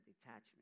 detachment